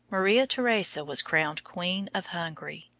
maria theresa was crowned queen of hungary.